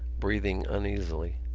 breathing uneasily.